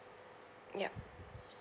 yup